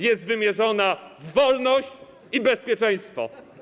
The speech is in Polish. Jest wymierzona w wolność i bezpieczeństwo.